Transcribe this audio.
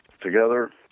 together